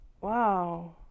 wow